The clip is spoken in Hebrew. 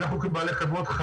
אנחנו כבעלי חברות,